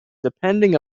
depending